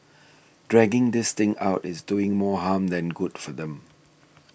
dragging this thing out is doing more harm than good for them